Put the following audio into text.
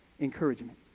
encouragement